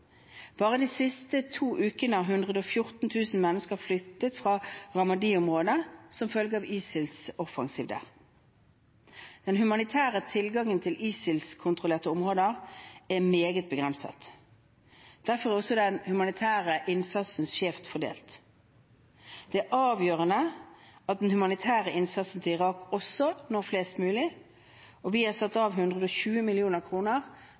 Bare de siste to ukene har 114 000 mennesker flyktet fra Ramadi-området som følge av ISILs offensiv der. Den humanitære tilgangen til ISIL-kontrollerte områder er meget begrenset. Derfor er også den humanitære innsatsen skjevt fordelt. Det er avgjørende at den humanitære innsatsen til Irak også når flest mulig. Vi har satt av